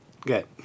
good